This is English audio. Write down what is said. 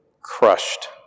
crushed